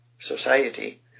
society